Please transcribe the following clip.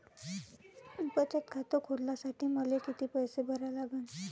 बचत खात खोलासाठी मले किती पैसे भरा लागन?